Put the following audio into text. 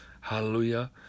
Hallelujah